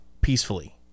peacefully